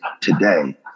today